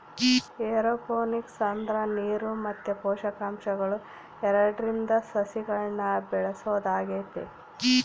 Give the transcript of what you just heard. aeroponics ಅಂದ್ರ ನೀರು ಮತ್ತೆ ಪೋಷಕಾಂಶಗಳು ಎರಡ್ರಿಂದ ಸಸಿಗಳ್ನ ಬೆಳೆಸೊದಾಗೆತೆ